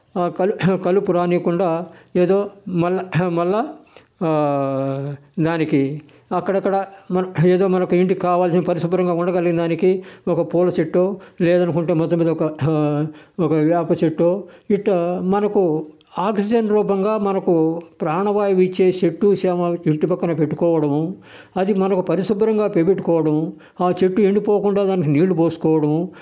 ఆ కలుపు రానీయకుండా ఏదో మళ్ళీ మళ్ళీ దానికి అక్కడక్కడ మనం ఏదో మనకి ఇంటికి కావాల్సిన పరిశుభ్రంగా ఉండగలిగిన దానికి ఒక పూల చెట్టో లేదనుకుంటే మొత్తం మీద ఒక ఒక వేప చెట్టో ఇట్టా మనకు ఆక్సిజన్ రూపంగా మనకు ప్రాణవాయువు ఇచ్చే చెట్టు చేమ ఇంటి పక్కన పెట్టుకోవడం అది మనకు పరిశుభ్రంగా పెట్టుకోవడం ఆ చెట్టు ఎండిపోకుండా దానికి నీళ్లు పోసుకోవడము